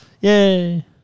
Yay